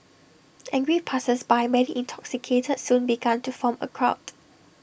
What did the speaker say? angry passersby many intoxicated soon become to form A crowd